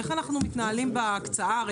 איך אנחנו מתנהלים בהקצאה,